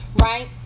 right